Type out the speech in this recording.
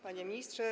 Panie Ministrze!